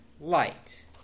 light